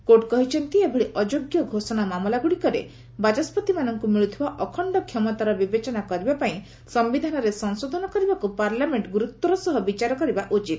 court କହିଛନ୍ତି ଏଭଳି ଅଯୋଗ୍ୟ ଘୋଷଣା ମାମଲାଗୁଡ଼ିକରେ ବାଚସ୍କତିମାନଙ୍କୁ ମିଳୁଥିବା ଅଖଣ୍ଡ କ୍ଷମତାର ବିବେଚନା କରିବାପାଇଁ ସିୟିଧାନରେ ସଂଶୋଧନ କରିବାକୁ ପାର୍ଲାମେଣ୍ଟ ଗୁରୁତ୍ୱର ସହ ବିଚାର କରିବା ଉଚିତ